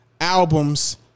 albums